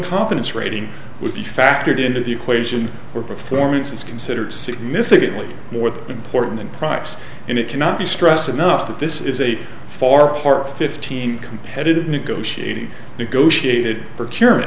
confidence rating would be factored into the equation or performance is considered significantly more important than price and it cannot be stressed enough that this is a far part fifteen competitive negotiating negotiated per c